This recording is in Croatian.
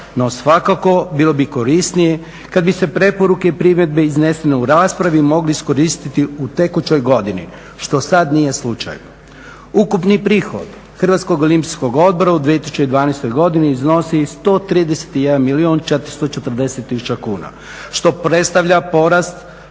no svakako bilo bi korisnije kad bi se preporuke i primjedbe iznesene u rasprave mogli iskoristi u tekućoj godini što sad nije slučaj. Ukupni prihod Hrvatskog olimpijskog odbora u 2012. godini iznosi 131 440 000 kuna što predstavlja porast